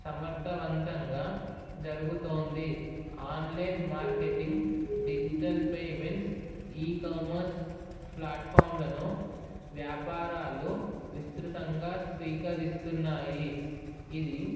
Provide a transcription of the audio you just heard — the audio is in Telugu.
సమర్థవంతంగా జరుగుతోంది online marketing digital payments ecommerce ఫ్లాట్ఫామ్లను వ్యాపారాలు విస్తృతంగా స్వీకరిస్తున్నాయి ఇది